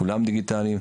כולם דיגיטליים,